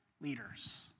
leaders